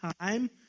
time